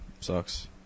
sucks